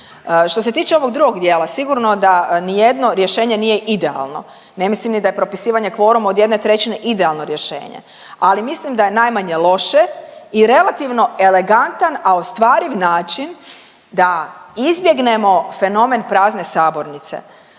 Što se tiče ovog drugog dijela, sigurno da nijedno rješenje nije idealno, ne mislim ni da je propisivanje kvoruma od 1/3 idealno rješenje, ali mislim da je najmanje loše i relativno elegantan, a ostvariv način da izbjegnemo fenomen prazne sabornice.